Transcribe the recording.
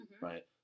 right